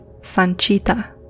Sanchita